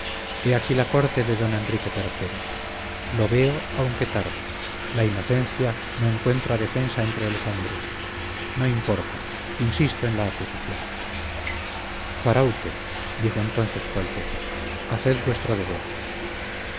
aquí la corte de don enrique iii lo veo aunque tarde la inocencia no encuentra defensa entre los hombres no importa insisto en la acusación faraute dijo entonces su alteza haced vuestro deber